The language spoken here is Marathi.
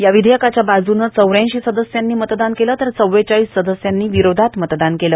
या विधेयकाच्या बाजूने चौऱ्यांशी सदस्यांनी मतदान केलं तर चव्वेचाळीस सदस्यांनी विरोधात मतदान केलं